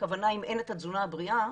הכוונה אם אין את התזונה הבריאה,